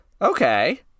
okay